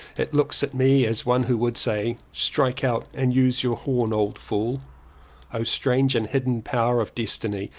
it looks at me as one who would say, strike out and use your horn old fool o strange and hidden power of destiny,